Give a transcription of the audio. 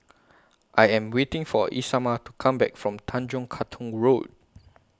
I Am waiting For Isamar to Come Back from Tanjong Katong Road